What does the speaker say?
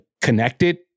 connected